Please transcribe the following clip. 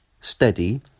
Steady